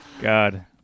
God